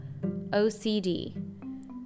OCD